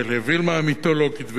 ולווילמה המיתולוגית,